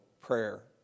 prayer